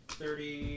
thirty